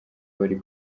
bari